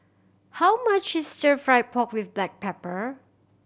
how much is Stir Fried Pork With Black Pepper